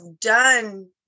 done